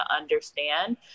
understand